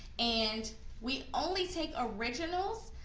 and we only take originals.